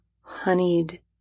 honeyed